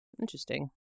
Interesting